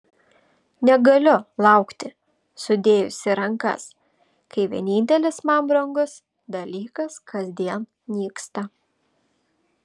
negaliu laukti sudėjusi rankas kai vienintelis man brangus dalykas kasdien nyksta